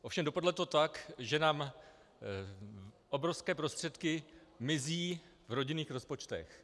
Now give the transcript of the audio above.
Ovšem dopadlo to tak, že nám obrovské prostředky mizí v rodinných rozpočtech.